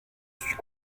suis